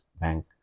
Bank